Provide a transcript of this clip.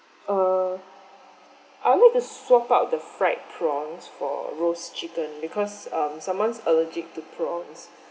err I will like to swap out the fried prawns for roast chicken because um someone's allergic to prawns